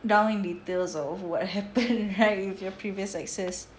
down in details of what happened right with your previous exes